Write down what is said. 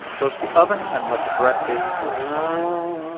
close the oven and let the bread bake for twenty minutes.